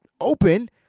open